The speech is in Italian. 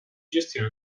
gestione